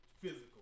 physical